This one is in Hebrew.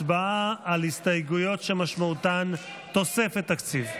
הצבעה על הסתייגויות שמשמעותן תוספת תקציב.